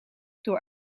door